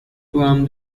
from